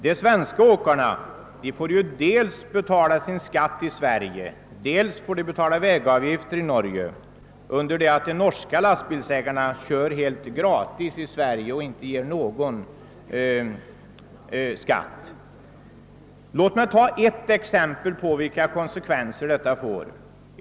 De svenska åkarna får dels betala skatt i Sverige, dels vägavgifter i Norge, under det att de norska lastbilsägarna inte betalar någon skatt i Sverige utan får köra helt gratis här. Låt mig ta ett exempel på vilka konsekvenser detta får.